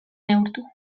neurtu